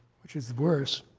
which is worse,